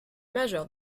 majeure